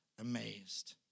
amazed